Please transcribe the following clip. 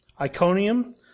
Iconium